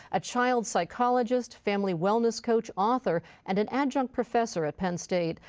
a child psychologist, family wellness coach, author and an adjunct professor at penn state.